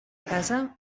casa